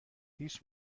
هیچ